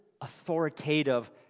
authoritative